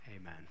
Amen